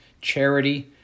charity